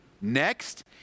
Next